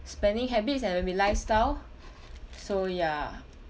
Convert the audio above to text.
spending habits and maybe lifestyle so ya